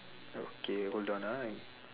okay hold on ah I